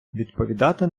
відповідати